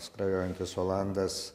skrajojantis olandas